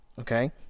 okay